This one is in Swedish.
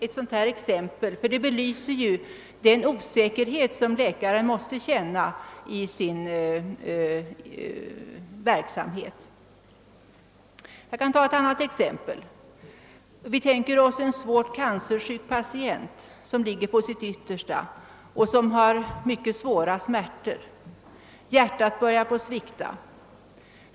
Ett sådant exempel som detta belyser klart den osäkerhet, som läkaren måste känna i sin verksamhet. Jag kan ta ett annat exempel. Vi tänker oss en svårt kancersjuk patient, som ligger på sitt yttersta och som har mycket svåra smärtor. Hjärtat börjar svikta.